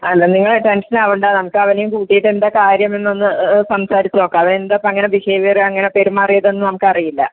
അല്ല നിങ്ങൾ ടെൻഷൻ ആവേണ്ട നമുക്ക് അവനേയും കൂട്ടിയിട്ട് എന്താണ് കാര്യം എന്നൊന്ന് സംസാരിച്ച് നോക്കാം അവൻ എന്താണ് അപ്പം അങ്ങനെ ബിഹേവിയർ അങ്ങനെ പെരുമാറിയതെന്ന് നമുക്കറിയില്ല